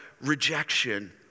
rejection